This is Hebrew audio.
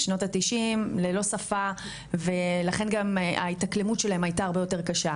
בשנות ה-90 ללא שפה ולכן גם ההתאקלמות שלהם הייתה הרבה יותר קשה,